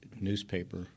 Newspaper